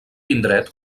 indret